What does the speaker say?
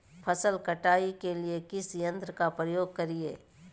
फसल कटाई के लिए किस यंत्र का प्रयोग करिये?